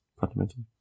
fundamentally